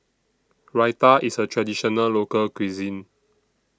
Raita IS A Traditional Local Cuisine